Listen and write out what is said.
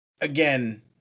again